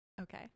Okay